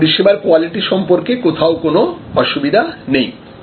মানে পরিষেবার কোয়ালিটি সম্পর্কে কোথাও কোনো অসুবিধা নেই